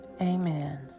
Amen